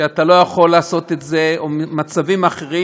שאתה לא יכול לעשות את זה, או מצבים אחרים.